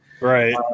right